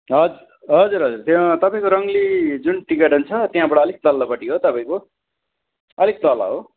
हजुर हजुर हजुर त्यहाँ तपाईँको रङ्गली जुन टी गार्डन छ त्यहाँबाट अलिक तल्लोपट्टि हो तपाईँको अलिक तल हो